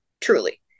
Truly